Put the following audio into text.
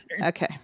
okay